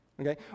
Okay